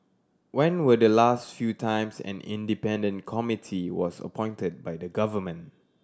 when were the last few times an independent committee was appointed by the government